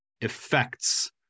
effects